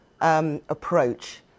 approach